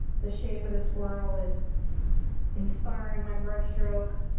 the shape of the swirl is inspiring my brush stroke.